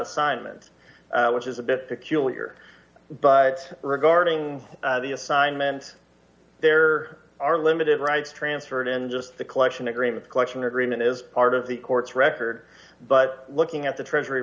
assignment which is a bit peculiar but regarding the assignment there are limited rights transferred in just the collection agreement collection agreement is part of the court's record but looking at the treasury